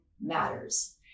matters